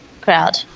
crowd